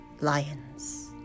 lions